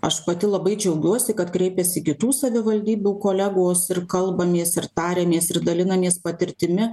aš pati labai džiaugiuosi kad kreipiasi kitų savivaldybių kolegos ir kalbamės ir tariamės ir dalinamės patirtimi